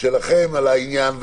שלכם על העניין.